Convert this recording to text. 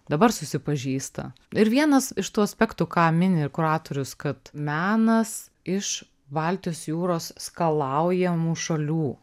dabar susipažįsta ir vienas iš tų aspektų ką mini ir kuratorius kad menas iš baltijos jūros skalaujamų šalių